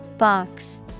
Box